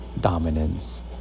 dominance